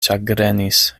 ĉagrenis